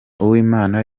uwimana